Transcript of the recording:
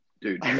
Dude